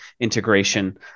integration